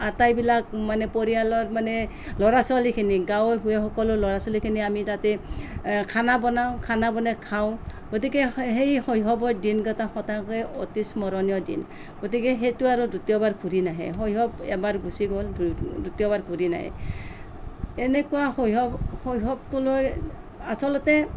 আটাইবিলাক মানে পৰিয়ালৰ মানে ল'ৰা ছোৱালীখিনি গাঁৱে ভূঞে সকলো ল'ৰা ছোৱালীখিনি আমি তাতে খানা বনাওঁ খানা বনাই খাওঁ গতিকে সেই শৈশৱৰ দিনকেইটা সঁচাকৈয়ে অতি স্মৰণীয় দিন গতিকে সেইটো আৰু দ্বিতীয়বাৰ ঘূৰি নাহে শৈশৱ এবাৰ গুছি গ'ল দ্বিতীয়বাৰ ঘূৰি নাহে এনেকুৱা শৈশৱ শৈশৱটো লৈ আচলতে